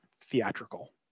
theatrical